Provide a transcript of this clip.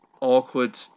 awkward